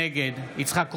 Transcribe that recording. נגד יצחק קרויזר,